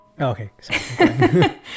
Okay